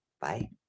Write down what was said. Bye